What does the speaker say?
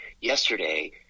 yesterday